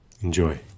Enjoy